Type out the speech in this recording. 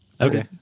okay